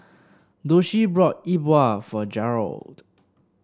Doshie brought E Bua for Garold